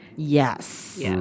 Yes